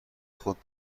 خود